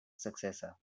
successor